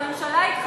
אז הממשלה התחלפה,